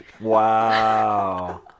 wow